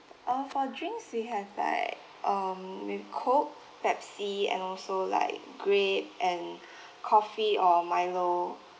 uh for drinks we have like um with coke pepsi and also like grape and coffee or milo